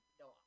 No